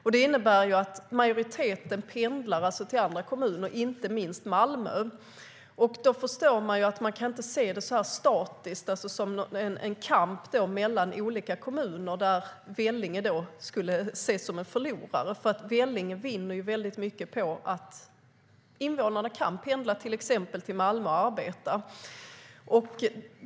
Det innebär att majoriteten pendlar till andra kommuner, inte minst till Malmö.Då förstår man att man inte kan se det statiskt, som en kamp mellan olika kommuner där Vellinge skulle ses som en förlorare. Vellinge vinner nämligen mycket på att invånarna kan pendla till exempelvis Malmö för att arbeta.